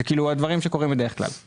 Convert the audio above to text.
זה דברים שקורים בדרך כלל.